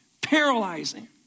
paralyzing